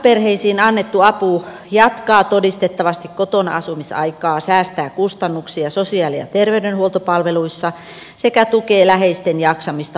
vanhusperheisiin annettu apu jatkaa todistettavasti kotona asumisaikaa säästää kustannuksia sosiaali ja terveydenhuoltopalveluissa sekä tukee läheisten jaksamista hoivatyössä